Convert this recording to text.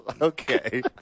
Okay